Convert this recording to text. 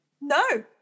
No